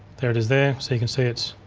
there it is there so you can see it's